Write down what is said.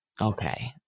Okay